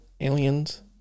aliens